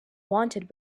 wanted